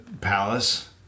palace